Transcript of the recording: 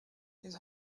his